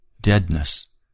deadness